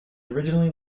originally